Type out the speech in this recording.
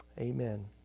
Amen